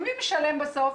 מי משלם בסוף?